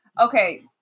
Okay